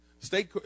State